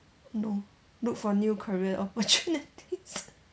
no look for new career opportunities